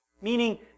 Meaning